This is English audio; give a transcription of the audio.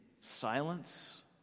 silence